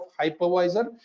hypervisor